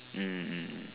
mm mm mm